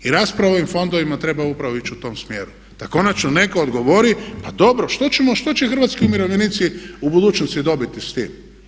I rasprava o ovim fondovima treba upravo ići u tom smjeru, da konačno netko odgovori pa dobro što ćemo, što će hrvatski umirovljenici u budućnosti dobiti s tim.